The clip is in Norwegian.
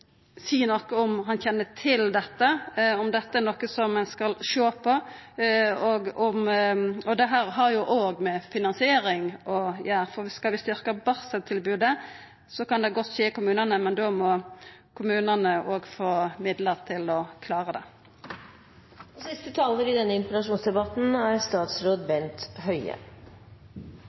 om han kjenner til dette, om dette er noko som ein skal sjå på? Dette har jo òg med finansiering å gjera, for skal vi styrkja barseltilbodet, kan det godt skje i kommunane, men da må kommunane òg få midlar til å klara det.